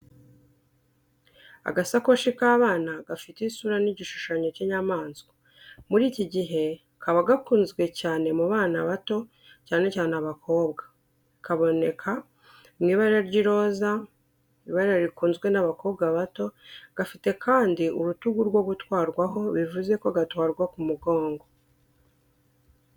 Agasakoshi k’abana gafite isura n’igishushanyo cy’inyamaswa muri iki gihe kabaye gakunzwe cyane mu bana bato cyane cyane abakobwa. Kaboneka mu ibara ry'iroza, ibara rikunzwe n’abakobwa bato, gafite kandi urutugu rwo gutwaraho bivuze ko gatwarwa ku mugongo.